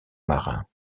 marins